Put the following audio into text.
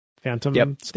phantom